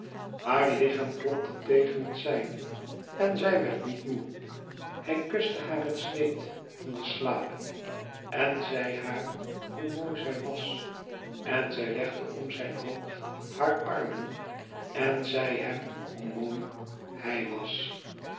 haar lichaam klopte tegen het zijne en zij werd niet moe hij kuste haar het zweet van de slapen en zei haar hoe mooi zij was en zij legde om zijn hoofd haar armen en zei hem hoe mooi hij was